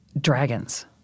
dragons